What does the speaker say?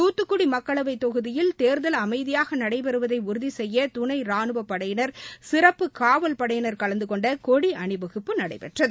துத்துக்குடி மக்களவைத் தொகுதியில் தேர்தல் அமைதியாக நடைபெறுவதை உறுதி செய்ய துணை ரானுவப் படையினர் சிறப்பு காவல்படையினர் கலந்து கொண்ட கொடி அணிவகுப்பு நடைபெற்றது